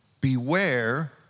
Beware